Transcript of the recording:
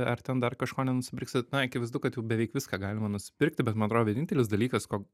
ar ten dar kažko nenusipirksi na akivaizdu kad jau beveik viską galima nusipirkti bet man atrodo vienintelis dalykas ko